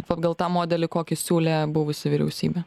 pagal tą modelį kokį siūlė buvusi vyriausybė